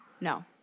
No